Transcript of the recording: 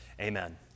Amen